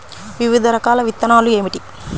వివిధ రకాల విత్తనాలు ఏమిటి?